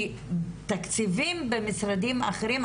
כי תקציבים במשרדים אחרים,